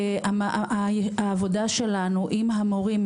העבודה שלנו עם המורים,